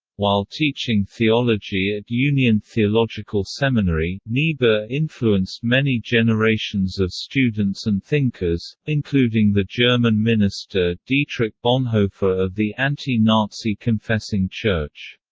while teaching theology at union theological seminary, niebuhr influenced many generations of students and thinkers, including the german minister dietrich bonhoeffer of the anti-nazi confessing church.